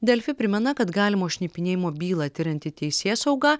delfi primena kad galimo šnipinėjimo bylą tirianti teisėsauga